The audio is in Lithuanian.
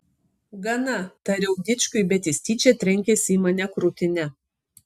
gana tariau dičkiui bet jis tyčia trenkėsi į mane krūtine